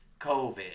COVID